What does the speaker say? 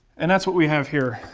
and that's what we have here.